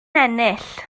ennill